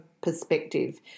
perspective